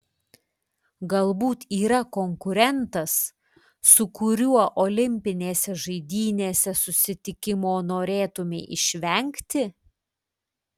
galbūt yra konkurentas su kuriuo olimpinėse žaidynėse susitikimo norėtumei išvengti